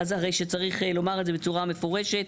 הרי שצריך לומר את זה בצורה מפורש,